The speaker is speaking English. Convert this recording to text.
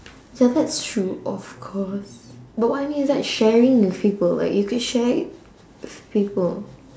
ya that's true of course but what I mean is like sharing with people like you could share it with people